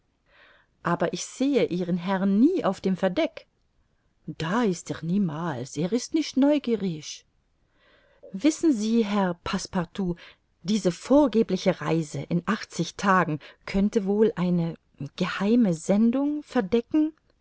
aber ich sehe ihren herrn nie auf dem verdeck da ist er niemals er ist nicht neugierig wissen sie herr passepartout diese vorgebliche reise in achtzig tagen könnte wohl eine geheime sendung verdecken